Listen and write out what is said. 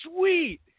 sweet